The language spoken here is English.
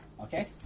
Okay